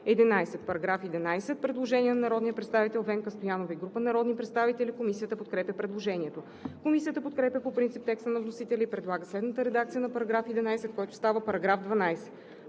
11. По § 11 има предложение на народния представител Венка Стоянова и група народни представители. Комисията подкрепя предложението. Комисията подкрепя по принцип текста на вносителя и предлага следната редакция на § 11, който става § 12: „§ 12.